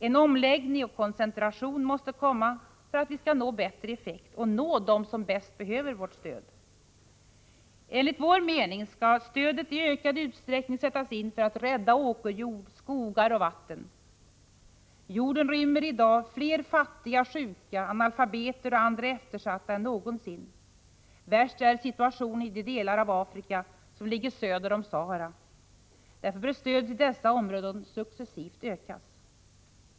En omläggning och koncentration måste till för att vi skall nå bättre effekt, och nå dem som bäst behöver vårt stöd. Enligt centerns uppfattning skall stödet i ökad utsträckning sättas in för att rädda åkerjord, skogar och vatten. Jorden rymmer i dag fler fattiga, sjuka, analfabeter och andra eftersatta än någonsin. Värst är situationen i de delar av Afrika som ligger söder om Sahara. Därför bör stödet i dessa områden successivt ökas.